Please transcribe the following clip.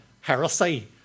heresy